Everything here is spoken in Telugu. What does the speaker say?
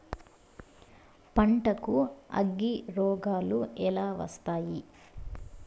పంటకు అగ్గిరోగాలు ఎలా వస్తాయి?